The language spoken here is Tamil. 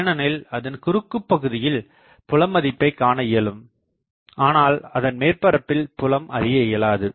ஏனெனில் அதன் குறுக்கு பகுதியில் புலமதிப்பை காண இயலும் ஆனால் அதன் மேற்பரப்பில் புலம் அறிய இயலாது